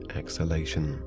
exhalation